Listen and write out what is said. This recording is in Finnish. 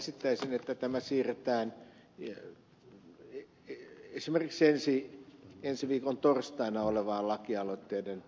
esittäisin että tämä siirretään esimerkiksi ensi viikon torstaina olevaan lakialoitteiden lähetekeskusteluun